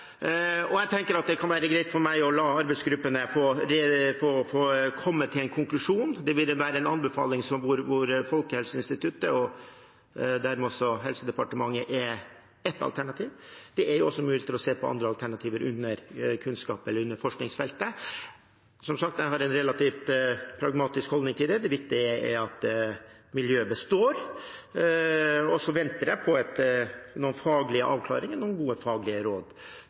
Jeg tenker det kan være greit for meg å la arbeidsgruppene få komme til en konklusjon. Det vil være en anbefaling hvor Folkehelseinstituttet og dermed også Helsedepartementet er et alternativ. Det er også muligheter for å se på andre alternativ under forskningsfeltet. Som sagt har jeg en relativt pragmatisk holdning til det. Det viktige er at miljøet består. Så venter jeg på noen faglige avklaringer, noen gode faglige råd,